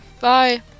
Bye